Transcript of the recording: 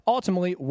Ultimately